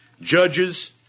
Judges